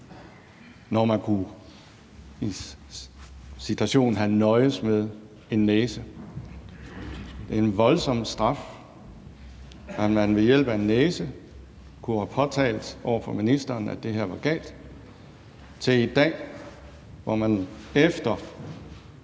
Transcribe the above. – kunne have nøjedes med en næse? Er det ikke en voldsom straf, at man – når man ved en næse kunne have påtalt over for ministeren, at det her var galt, og efter